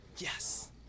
Yes